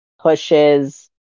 pushes